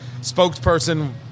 spokesperson